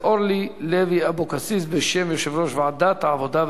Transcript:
אורלי לוי אבקסיס בשם יושב-ראש ועדת העבודה,